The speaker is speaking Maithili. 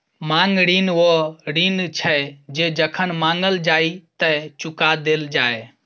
मांग ऋण ओ ऋण छै जे जखन माँगल जाइ तए चुका देल जाय